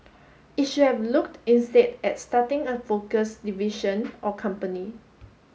it should have looked instead at starting a focused division or company